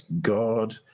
God